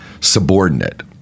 subordinate